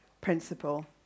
principle